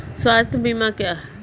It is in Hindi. स्वास्थ्य बीमा क्या है?